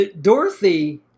Dorothy